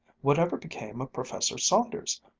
whatever became of professor saunders?